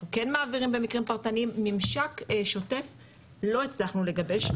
אנחנו כן מעבירים במקרים פרטניים ממשק שוטף לא הצלחנו לגבש,